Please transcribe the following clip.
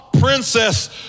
princess